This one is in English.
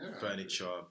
furniture